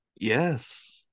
Yes